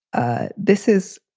ah this is.